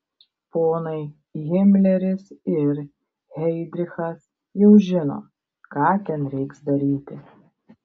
ponai himleris ir heidrichas jau žino ką ten reiks daryti